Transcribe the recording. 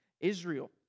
Israel